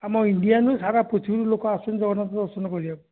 ଆମ ଇଣ୍ଡିଆରୁ ସାରା ପୃଥିବୀରୁ ଲୋକ ଆସୁଛନ୍ତି ଜଗନ୍ନାଥ ଦର୍ଶନ କରିବାକୁ